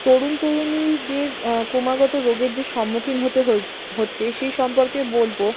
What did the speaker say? তরুণ তরুণীদের ক্রমাগত রোগের যে সম্মুখীন হতে হচ্ছে সেই সম্পর্কে বলব